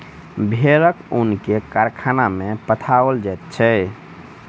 भेड़क ऊन के कारखाना में पठाओल जाइत छै